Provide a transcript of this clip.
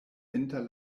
inter